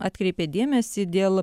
atkreipė dėmesį dėl